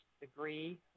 degree